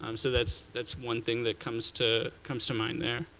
um so that's that's one thing that comes to comes to mind there.